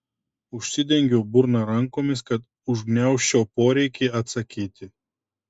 užsidengiau burną rankomis kad užgniaužčiau poreikį atsakyti